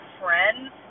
friends